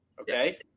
Okay